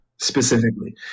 Specifically